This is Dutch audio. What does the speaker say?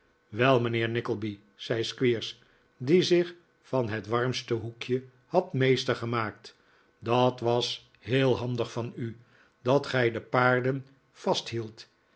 wel mijnheer nickleby zei squeers die zich van het warmste hoekje had meester gemaakt dat was heel handig van u dat gij de paarden vasthieldt